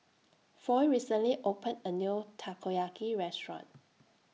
Foy recently opened A New Takoyaki Restaurant